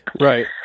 Right